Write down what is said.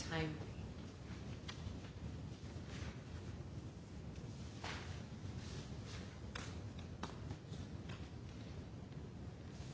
time